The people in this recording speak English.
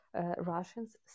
Russians